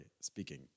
speaking